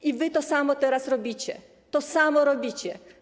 I wy to samo teraz robicie, to samo robicie.